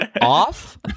off